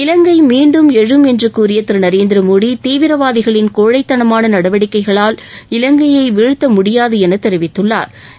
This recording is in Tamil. இலங்கை மீண்டும் எழும் என்று கூறிய திரு நரேந்திர மோடி தீவிரவாதிகளின் கோழைத்தனமான நடவடிக்கைகளால் இலங்கையை வீழ்த்த முடியாது என தெரிவித்துள்ளாா்